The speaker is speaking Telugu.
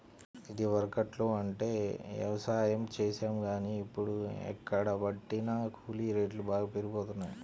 ఇదివరకట్లో అంటే యవసాయం చేశాం గానీ, ఇప్పుడు ఎక్కడబట్టినా కూలీ రేట్లు బాగా పెరిగిపోతన్నయ్